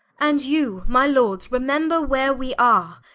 and you my lords remember where we are,